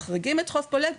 מחריגים את חוף פולג,